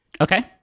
Okay